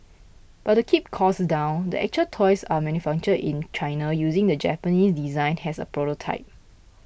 but to keep costs down the actual toys are manufactured in China using the Japanese design as a prototype